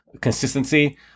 consistency